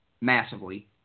massively